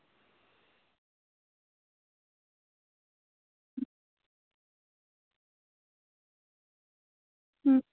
अं